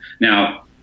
now